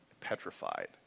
petrified